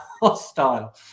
hostile